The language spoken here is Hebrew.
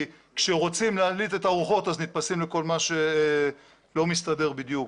כי כשרוצים להלהיט את הרוחות אז נתפסים לכל מה שלא מסתדר בדיוק.